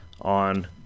on